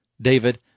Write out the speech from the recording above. David